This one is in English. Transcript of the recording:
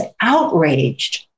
outraged